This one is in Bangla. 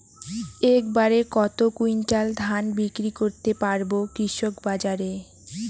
এক বাড়ে কত কুইন্টাল ধান বিক্রি করতে পারবো কৃষক বাজারে?